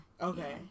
Okay